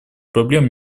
проблем